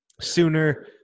sooner